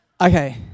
Okay